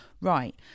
Right